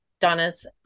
Donna's